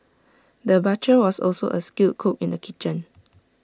the butcher was also A skilled cook in the kitchen